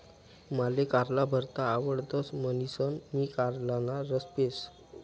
माले कारला भरता आवडतस म्हणीसन मी कारलाना रस पेस